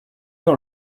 dans